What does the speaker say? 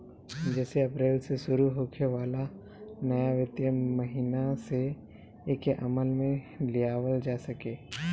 जेसे अप्रैल से शुरू होखे वाला नया वित्तीय महिना से एके अमल में लियावल जा सके